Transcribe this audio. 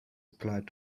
applied